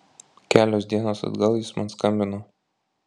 kelios dienos atgal jis man skambino